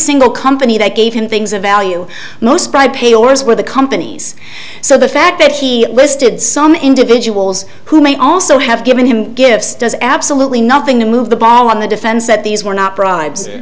single company that gave him things of value most by pay yours were the companies so the fact that he listed some individuals who may also have given him gifts does absolutely nothing to move the ball on the defense that these were not bribes